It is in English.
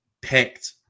picked